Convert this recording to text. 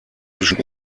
zwischen